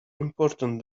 important